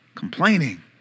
Complaining